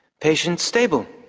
patient stable.